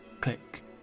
click